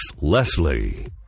Leslie